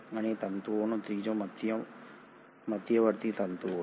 અને તંતુઓનો ત્રીજો વર્ગ મધ્યવર્તી તંતુઓ છે